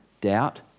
doubt